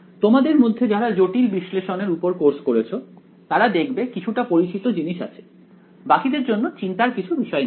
তোমাদের মধ্যে যারা জটিল বিশ্লেষণ এর উপর কোর্স করেছো তারা দেখবে কিছুটা পরিচিত জিনিস আছে বাকিদের জন্য চিন্তার কিছু বিষয় নেই